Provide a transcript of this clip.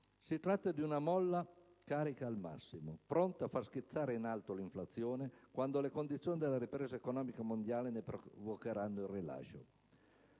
Si tratta di una molla carica al massimo, pronta a far schizzare in alto l'inflazione quando le condizioni della ripresa economica mondiale ne provocheranno il rilascio.